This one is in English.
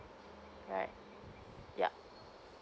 alright yeah